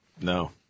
No